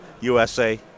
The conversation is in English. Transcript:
USA